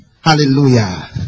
Hallelujah